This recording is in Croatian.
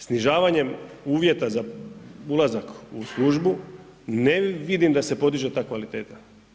Snižavanjem uvjeta za ulazak u službu, ne vidim da se podiže ta kvaliteta.